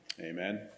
amen